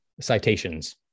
citations